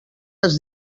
les